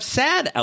sad